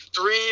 three